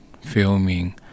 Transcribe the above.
filming